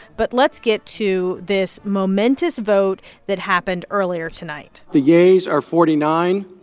but let's get to this momentous vote that happened earlier tonight the yeas are forty nine.